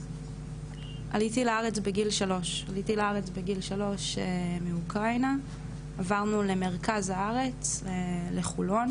עליתי לארץ בגיל 3 מאוקראינה עברנו למרכז הארץ לחולון